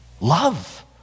Love